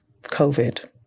COVID